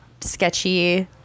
sketchy